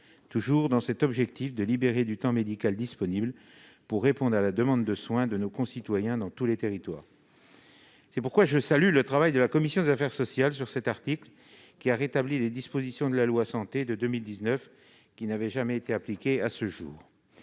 toujours dans la même perspective, de libérer du temps médical pour répondre à la demande de soins de nos concitoyens dans tous les territoires. C'est pourquoi je salue le travail sur cet article de la commission des affaires sociales, qui a rétabli les dispositions de la loi Santé de 2019 qui n'ont jamais été appliquées à ce jour.